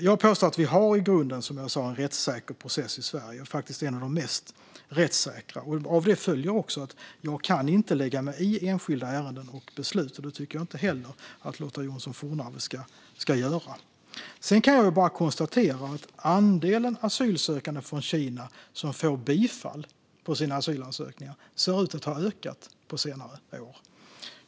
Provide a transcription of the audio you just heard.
Jag påstår att vi i grunden, som jag sa, har en rättssäker process i Sverige - faktiskt en av de mest rättssäkra. Av det följer att jag inte kan lägga mig i enskilda ärenden och beslut, och det tycker jag inte att Lotta Johnsson Fornarve heller ska göra. Sedan kan jag konstatera att andelen asylsökande från Kina som får bifall på sin asylansökan ser ut att ha ökat på senare år.